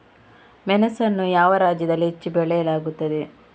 ಮೆಣಸನ್ನು ಯಾವ ರಾಜ್ಯದಲ್ಲಿ ಹೆಚ್ಚು ಬೆಳೆಯಲಾಗುತ್ತದೆ?